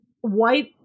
white